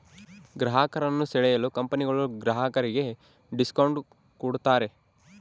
ಗ್ರಾಹಕರನ್ನು ಸೆಳೆಯಲು ಕಂಪನಿಗಳು ಗ್ರಾಹಕರಿಗೆ ಡಿಸ್ಕೌಂಟ್ ಕೂಡತಾರೆ